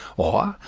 or,